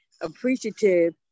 appreciative